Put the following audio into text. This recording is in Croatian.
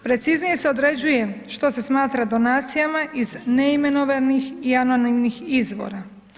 Preciznije se određuje što se smatra donacijama iz neimenovanih i anonimnih izbora.